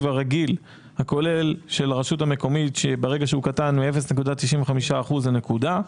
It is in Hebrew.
הרגיל הכולל הרגיל של הרשות המקומית שברגע שהוא קטן מ-0.95% זה נקודה,